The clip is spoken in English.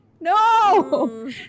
No